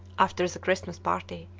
after the christmas party,